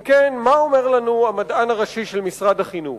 אם כן, מה אומר לנו המדען הראשי של משרד החינוך?